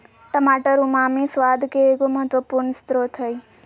टमाटर उमामी स्वाद के एगो महत्वपूर्ण स्रोत हइ